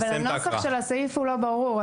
אבל הנוסח של הסעיף לא ברור,